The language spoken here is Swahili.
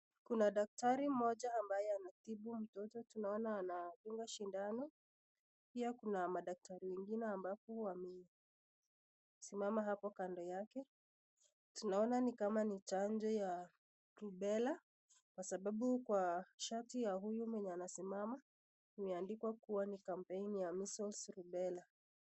Kuna daktari moja amnbaye anatibu mtoto. Tunaona anadunga sindano, pia kuna madaktari wengine amabao wamesimama hapo kando yake. Tunaona kama ni chanjo ya Rubela kwa sababu kwa ya shati ya huyu mwenye amesimama imeandikwa kuwa ni kampeni ya Measles Ribela .